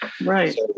right